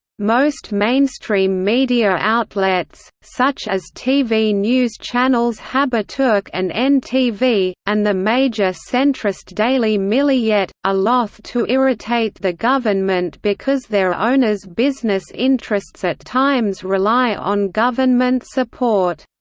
most mainstream media outlets such as tv news channels haberturk and and ntv, and the major centrist daily milliyet are ah loath to irritate the government because their owners' business interests at times rely on government support.